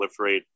proliferate